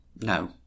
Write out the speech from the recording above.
No